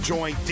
Join